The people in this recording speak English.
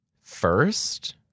first